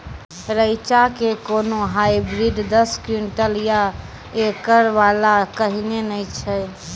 रेचा के कोनो हाइब्रिड दस क्विंटल या एकरऽ वाला कहिने नैय छै?